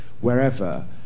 wherever